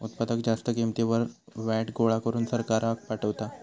उत्पादक जास्त किंमतीवर व्हॅट गोळा करून सरकाराक पाठवता